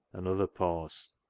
another pause.